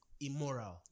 immoral